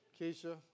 Keisha